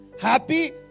Happy